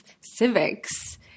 civics